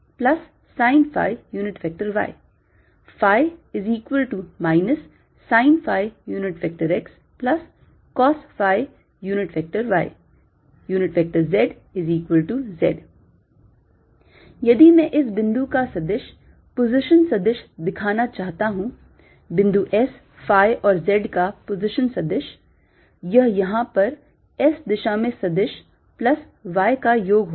scosϕxsinϕy ϕ sinϕxcosϕy zz यदि मैं इस बिंदु का सदिश पोजीशन सदिश दिखाना चाहता हूं बिंदु S phi और Z का पोजीशन सदिश यह यहां पर S दिशा में सदिश प्लस Z का योग होगा